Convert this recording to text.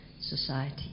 society